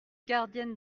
gardienne